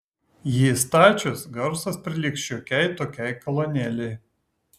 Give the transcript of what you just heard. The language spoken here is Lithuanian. jį įstačius garsas prilygs šiokiai tokiai kolonėlei